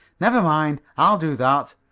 never mind. i'll do that.